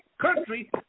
country